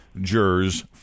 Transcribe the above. jurors